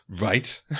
Right